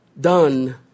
Done